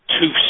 two